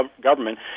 government